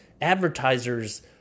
advertisers